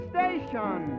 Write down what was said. Station